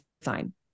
design